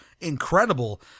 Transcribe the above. incredible